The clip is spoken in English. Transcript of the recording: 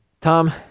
Tom